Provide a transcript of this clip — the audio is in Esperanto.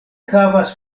havas